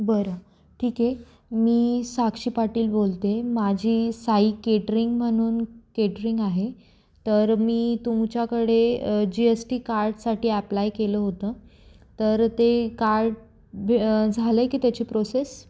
बरं ठीक आहे मी साक्षी पाटील बोलते माझी साई केटरिंग म्हणून केटरिंग आहे तर मी तुमच्याकडे जी एस टी कार्डसाठी ॲप्लाय केलं होतं तर ते कार्ड ब झालं आहे की त्याची प्रोसेस